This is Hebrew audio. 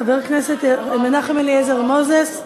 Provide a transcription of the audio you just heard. חבר הכנסת, אנחנו, מנחם אליעזר מוזס.